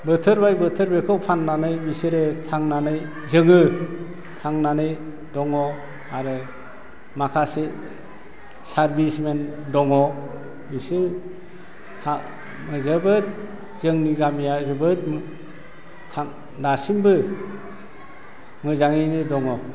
बोथोर बाय बोथोर बेखौ फाननानै बिसोरो थांनानै जोङो थांनानै दङ आरो माखासे सारबिसमेन दङ बिसोरो हा जोबोद जोंनि गामिया जोबोद थां दासिमबो मोजाङैनो दङ